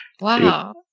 Wow